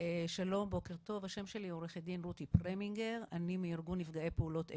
שלום בוקר טוב, אני מארגון נפגעי פעולות איבה.